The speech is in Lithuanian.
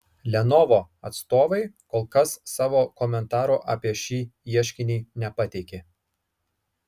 lenovo atstovai kol kas savo komentaro apie šį ieškinį nepateikė